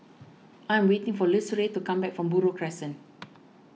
I'm waiting for Lucero to come back from Buroh Crescent